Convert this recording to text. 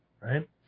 Right